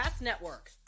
Network